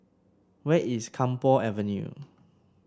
where is Camphor Avenue